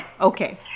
okay